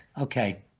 Okay